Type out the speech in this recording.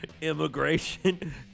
Immigration